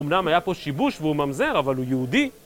אמנם היה פה שיבוש והוא ממזר, אבל הוא יהודי.